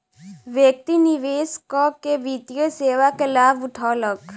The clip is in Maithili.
व्यक्ति निवेश कअ के वित्तीय सेवा के लाभ उठौलक